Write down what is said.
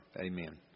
Amen